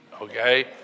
okay